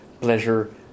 pleasure